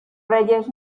reyes